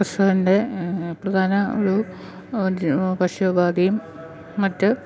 കർഷകൻ്റെ പ്രധാന ഒരു ഒരു ഭക്ഷ്യോപാധിയും മറ്റു